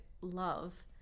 love